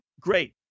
great